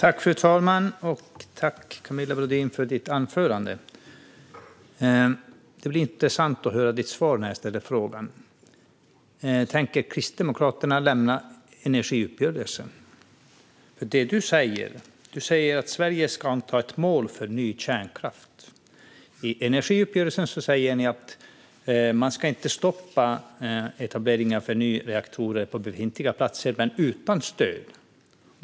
Fru talman! Tack, Camilla Brodin, för ditt anförande! Det blir intressant att höra ditt svar när jag ställer frågan: Tänker Kristdemokraterna lämna energiuppgörelsen? Det du säger är att Sverige ska anta ett mål för ny kärnkraft. I energiuppgörelsen säger ni att man inte ska stoppa etableringen av nya reaktorer på befintliga platser men att en sådan ska ske utan stöd.